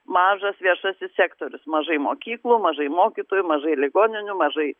mažas viešasis sektorius mažai mokyklų mažai mokytojų mažai ligoninių mažai